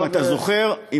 אם אתה זוכר, איפה היה הצבא?